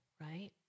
Right